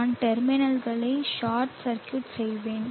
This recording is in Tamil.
நான் டெர்மினல்களை ஷார்ட் சர்க்யூட் செய்வேன்